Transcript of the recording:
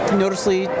noticeably